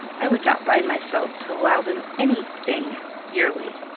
i would not bind myself to allow them any thing yearly.